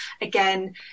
again